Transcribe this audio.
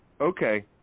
Okay